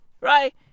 Right